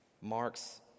marks